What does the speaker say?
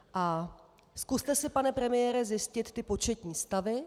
A zkuste si, pane premiére, zjistit ty početní stavy.